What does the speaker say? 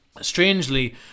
strangely